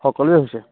সকলোৰে হৈছে